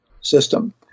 system